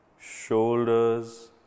shoulders